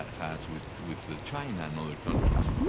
has with with ah china and other countries.